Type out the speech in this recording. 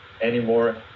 anymore